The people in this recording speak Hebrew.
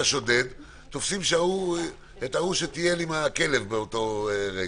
השודד אלא את מי שטייל עם הכלב באותו רגע.